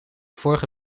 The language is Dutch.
vorige